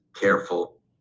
careful